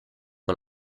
man